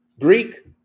Greek